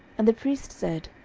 and the priest said,